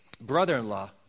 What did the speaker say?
brother-in-law